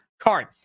Card